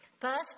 First